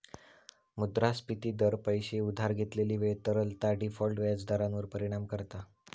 मुद्रास्फिती दर, पैशे उधार घेतलेली वेळ, तरलता, डिफॉल्ट व्याज दरांवर परिणाम करता